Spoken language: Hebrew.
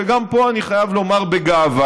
וגם פה, אני חייב לומר בגאווה,